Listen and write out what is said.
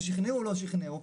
ושכנעו או לא שכנעו.